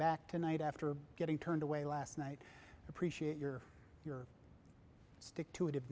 back tonight after getting turned away last night appreciate your your stick to it